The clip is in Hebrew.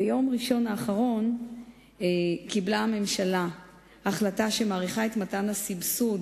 ביום ראשון האחרון קיבלה הממשלה החלטה שמאריכה את מתן הסבסוד